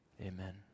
Amen